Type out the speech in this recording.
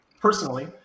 personally